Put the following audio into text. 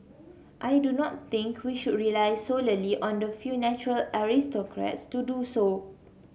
I do not think we should rely solely on the few natural aristocrats to do so